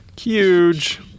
huge